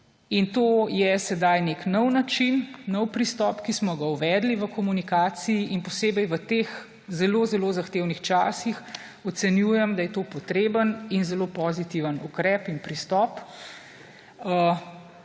In to je sedaj nek nov način, nov pristop, ki smo ga uvedli v komunikaciji in posebej v teh zelo zelo zahtevnih časih ocenjujem, da je to potreben in zelo pozitiven ukrep in pristop.